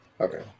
Okay